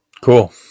Cool